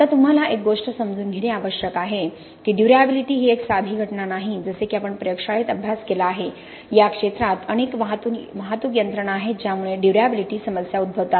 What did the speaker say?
आता तुम्हाला एक गोष्ट समजून घेणे आवश्यक आहे की ड्युर्याबिलिटी ही एक साधी घटना नाही जसे की आपण प्रयोगशाळेत अभ्यास केला आहे या क्षेत्रात अनेक वाहतूक यंत्रणा आहेत ज्यामुळे ड्युर्याबिलिटी समस्या उद्भवतात